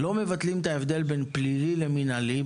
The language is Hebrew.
הם לא מבטלים את ההבדל בין פלילי למינהלי,